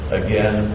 again